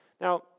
Now